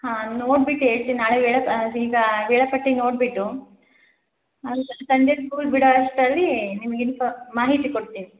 ಹಾಂ ನೋಡ್ಬಿಟ್ಟು ಹೇಳ್ತಿನ್ ನಾಳೆ ಹೇಳಕ್ ಈಗ ವೇಳಾಪಟ್ಟಿ ನೋಡಿಬಿಟ್ಟು ಸಂಜೆ ಸ್ಕೂಲ್ ಬಿಡೋ ಅಷ್ಟರಲ್ಲೀ ನಿಮಗೆ ಇನ್ಫೋಮ್ ಮಾಹಿತಿ ಕೊಡ್ತೀನಿ